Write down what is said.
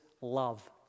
Love